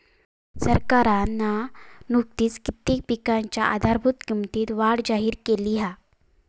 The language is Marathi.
सरकारना नुकतीच कित्येक पिकांच्या आधारभूत किंमतीत वाढ जाहिर केली हा